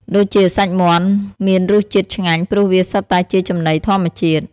ដូចជាសាច់មានរសជាតិឆ្ងាញ់ ព្រោះវាសុទ្ធតែជាចំណីធម្មជាតិ។